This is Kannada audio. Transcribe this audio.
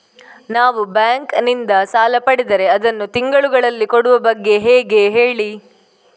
ನಾವು ಬ್ಯಾಂಕ್ ನಿಂದ ಸಾಲ ಪಡೆದರೆ ಅದನ್ನು ತಿಂಗಳುಗಳಲ್ಲಿ ಕೊಡುವ ಬಗ್ಗೆ ಹೇಗೆ ಹೇಳಿ